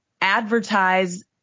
advertise